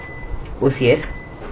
O_C_S